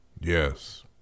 Yes